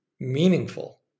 meaningful